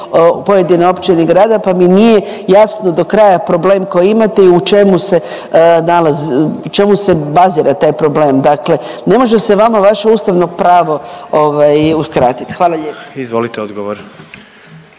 pojedine općine ili grada, pa mi nije jasno do kraja problem koji imate i u čemu se bazira taj problem. Dakle, ne može se vama vaše ustavno pravo uskratiti. Hvala lijepo. **Jandroković,